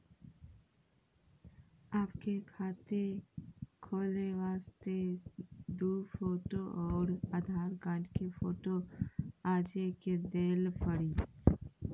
आपके खाते खोले वास्ते दु फोटो और आधार कार्ड के फोटो आजे के देल पड़ी?